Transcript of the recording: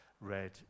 read